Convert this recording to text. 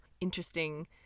interesting